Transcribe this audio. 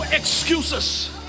excuses